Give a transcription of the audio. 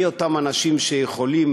מי אותם אנשים שיכולים